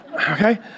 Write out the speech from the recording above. Okay